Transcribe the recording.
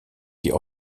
die